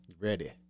Ready